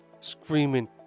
screaming